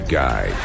guy